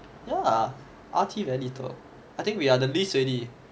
ya R_T very little I think we are the least already